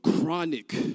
chronic